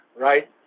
right